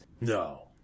No